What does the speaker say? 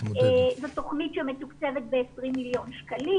זו תוכנית שמתוקצבת ב-20 מיליון שקלים.